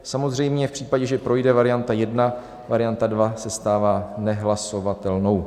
Samozřejmě v případě, že projde varianta 1, varianta 2 se stává nehlasovatelnou.